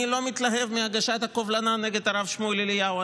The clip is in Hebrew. אני לא מתלהב מהגשת הקובלנה נגד הרב שמואל אליהו.